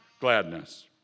gladness